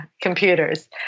computers